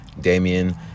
damien